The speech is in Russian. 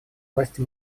власти